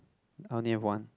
I only have one